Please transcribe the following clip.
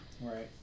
Right